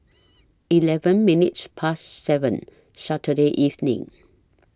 eleven minutes Past seven Saturday evening